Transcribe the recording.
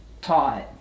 taught